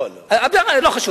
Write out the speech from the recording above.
לא חשוב.